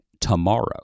tomorrow